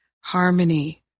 harmony